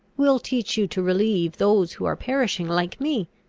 will teach you to relieve those who are perishing like me.